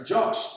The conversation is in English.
Josh